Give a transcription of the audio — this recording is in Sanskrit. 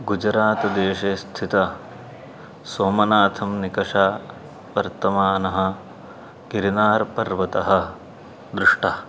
गुजरात् देशे स्थितं सोमनाथं निकषः वर्तमानः गिरिनार्पर्वतः दृष्टः